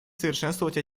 совершенствовать